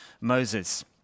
Moses